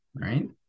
Right